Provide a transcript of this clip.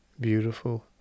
beautiful